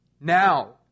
Now